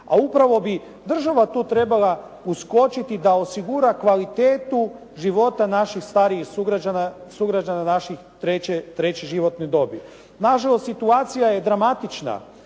A upravo bi država tu trebala uskočiti da osigura kvalitetu života naših starijih sugrađana treće životne dobi. Nažalost, situacija je dramatična.